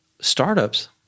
startups